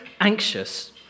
anxious